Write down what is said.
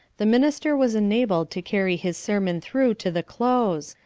the minister was enabled to carry his sermon through to the close,